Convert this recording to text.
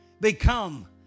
become